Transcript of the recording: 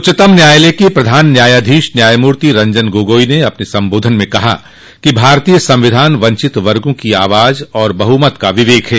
उच्चतम न्यायालय के प्रधान न्यायाधीश न्यायमूर्ति रंजन गोगोई ने अपने संबोधन में कहा कि भारतीय संविधान वंचित वर्गों की आवाज तथा बहुमत का विवेक है